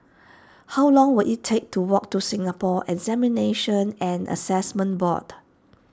how long will it take to walk to Singapore Examinations and Assessment Board